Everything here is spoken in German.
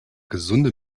gesunde